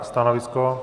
Stanovisko?